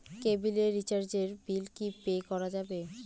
কেবিলের রিচার্জের বিল কি পে করা যাবে?